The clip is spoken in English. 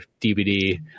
DVD